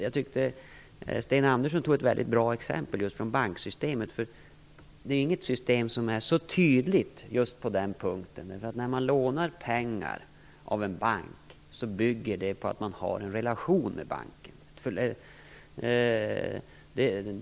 Jag tycker att Sten Andersson tog ett väldigt bra exempel om just banksystemet, för det finns inget system som är så tydligt på den punkten. När man lånar pengar i en bank, bygger det på att man har en relation med banken.